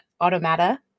Automata